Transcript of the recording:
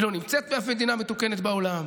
היא לא נמצאת באף מדינה מתוקנת בעולם.